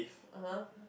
uh !huh!